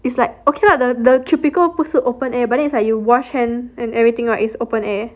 it's like okay lah the the cubicle 不是 open air but then it's like you wash hand and everything right it's open air